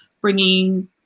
bringing